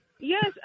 Yes